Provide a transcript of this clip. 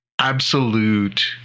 absolute